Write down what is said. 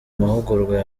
mahugurwa